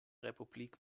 republik